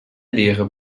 lehre